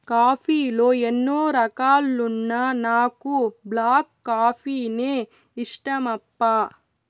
coffee లో ఎన్నో రకాలున్నా నాకు బ్లాక్ కాఫీనే ఇష్టమప్పా